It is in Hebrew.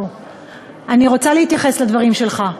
אני רוצה להתייחס לדברים שלך,